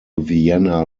vienna